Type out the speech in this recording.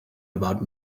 about